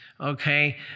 okay